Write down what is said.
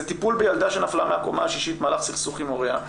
זה טיפול בילדה שנפלה מהקומה השישית במהלך סכסוך עם הוריה,